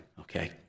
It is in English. okay